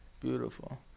Beautiful